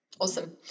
Awesome